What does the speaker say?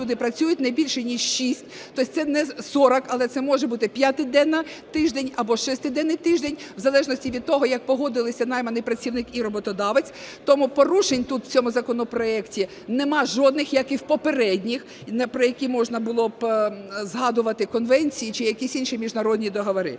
люди працюють, не більше ніж шість. Тобто це не 40, але це може бути п'ятиденний тиждень або шестиденний тиждень в залежності від того, як погодилися найманий працівник і роботодавець. Тому порушень тут в цьому законопроекті нема жодних, як і в попередніх, про які можна було б згадувати, конвенції чи якісь інші міжнародні договори.